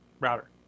router